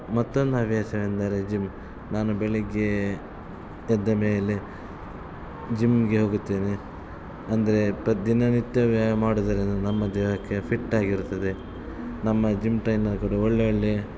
ಮತ್ತೊಂದು ಹವ್ಯಾಸ ಎಂದರೆ ಜಿಮ್ ನಾನು ಬೆಳಗ್ಗೆ ಎದ್ದ ಮೇಲೆ ಜಿಮ್ಗೆ ಹೋಗುತ್ತೇನೆ ಅಂದರೆ ಪ್ರ ದಿನನಿತ್ಯ ವ್ಯಾಯಾಮ ಮಾಡೋದರಿಂದ ನಮ್ಮ ದೇಹಕ್ಕೆ ಫಿಟ್ ಆಗಿರುತ್ತದೆ ನಮ್ಮ ಜಿಮ್ ಟ್ರೈನರ್ ಕೂಡ ಒಳ್ಳೆಯ ಒಳ್ಳೆಯ